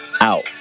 out